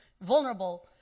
vulnerable